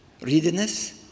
readiness